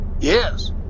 yes